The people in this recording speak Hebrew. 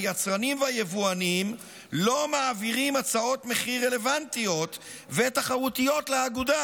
היצרנים והיבואנים לא מעבירים הצעות מחיר רלוונטיות ותחרותיות לאגודה,